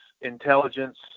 intelligence